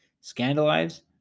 Scandalized